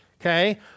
Okay